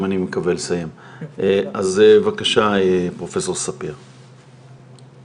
אני חושבת שמלי תסכים